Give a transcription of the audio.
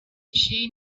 she